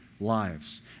lives